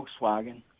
Volkswagen